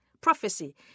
prophecy